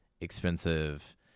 expensive